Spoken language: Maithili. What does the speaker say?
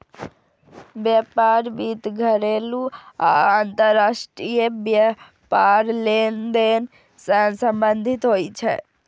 व्यापार वित्त घरेलू आ अंतरराष्ट्रीय व्यापार लेनदेन सं संबंधित होइ छै